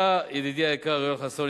ידידי היקר יואל חסון,